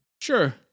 Sure